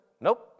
Nope